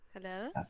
Hello